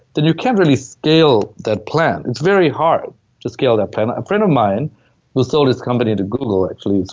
then you can't really scale that plan it's very hard to scale that plan. a friend of mine who sold his company to google, actually,